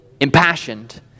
impassioned